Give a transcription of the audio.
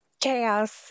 chaos